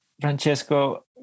Francesco